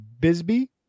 Bisbee